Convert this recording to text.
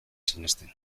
sinesten